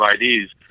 IDs